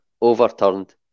overturned